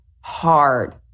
hard